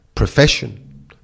Profession